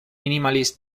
minimalist